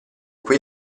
qui